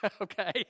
Okay